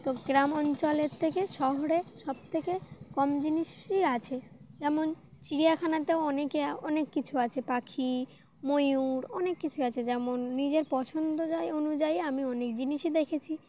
তো গ্রাম অঞ্চলের থেকে শহরে সবথেকে কম জিনিসই আছে যেমন চিড়িয়াখানাতেও অনেকে অনেক কিছু আছে পাখি ময়ূর অনেক কিছুই আছে যেমন নিজের পছন্দ অনুযায়ী আমি অনেক জিনিসই দেখেছি